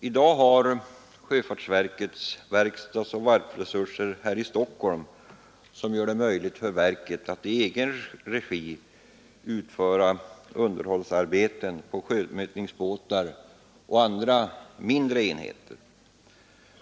I dag har sjöfartsverket verkstadsoch varvsresurser här i Stockholm som gör det möjligt för verket att i egen regi utföra underhållsarbeten på sjömätningsbåtar och andra mindre enheter.